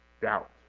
doubt